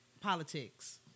politics